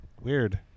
weird